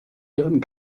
ihren